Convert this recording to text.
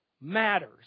matters